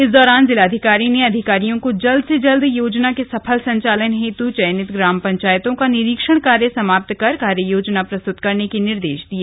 इस दौरान जिलाधिकारी ने अधिकारियों को जल्द से जल्द योजना के सफल संचालन हेतु चयनित ग्राम पंचायतों का सर्वे निरीक्षण कार्य समाप्त कर कार्य योजना प्रस्तुत करने के निर्देश दिये